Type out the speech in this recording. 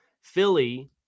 Philly